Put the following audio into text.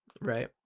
Right